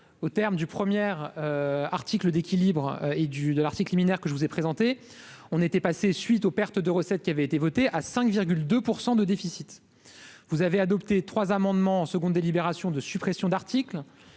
au terme du première article d'équilibre et du de l'article liminaire que je vous ai présenté, on était passé suite au père. De de recettes qui avait été voté à 5 2 pour de déficit, vous avez adopté 3 amendements en seconde délibération de suppression d'articles